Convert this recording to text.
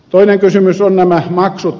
toinen kysymys on nämä maksut